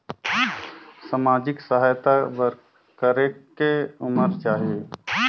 समाजिक सहायता बर करेके उमर चाही?